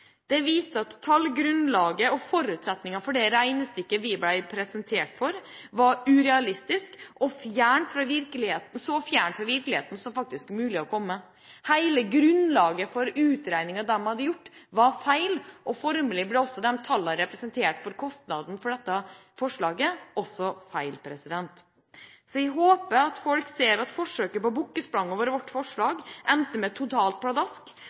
Det viste at tallgrunnlaget og forutsetningene for det regnestykket vi ble presentert for, var urealistisk og så fjernt fra virkeligheten som det er mulig å komme. Hele grunnlaget for utregningen de hadde gjort, var feil. Dermed ble også tallene for kostnaden ved dette forslaget feil. Jeg håper folk ser at forsøket på bukkespranget over vårt forslag endte med et totalt